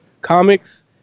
Comics